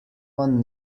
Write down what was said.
one